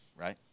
right